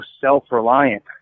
self-reliant